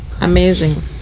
amazing